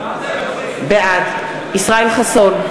בעד ישראל חסון,